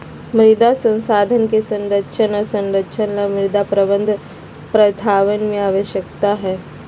मृदा संसाधन के संरक्षण और संरक्षण ला मृदा प्रबंधन प्रथावन के आवश्यकता हई